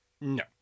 No